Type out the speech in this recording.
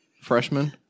Freshman